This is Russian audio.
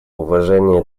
уважения